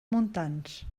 montans